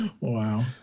wow